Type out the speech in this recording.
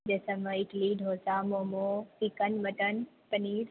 जइसेमे idli dosa momo chicken mutton paneer